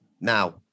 now